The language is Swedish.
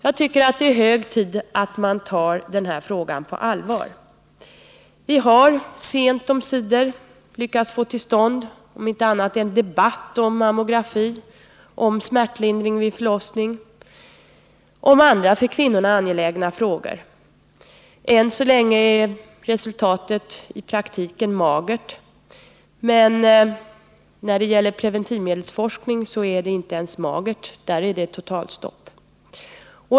Det är hög tid att man tar den här frågan på allvar. Vi har sent omsider lyckats få till stånd om inte annat så en debatt om mammografi, om smärtlindring vid förlossning, om andra för kvinnorna angelägna frågor. Än så länge är resultatet i praktiken magert, men när det gäller preventivmedelsforskning är det inte ens magert — där är det totalt stopp.